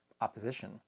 opposition